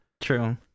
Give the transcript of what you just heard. true